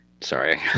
Sorry